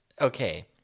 Okay